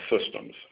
systems